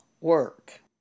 work